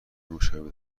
مشابهی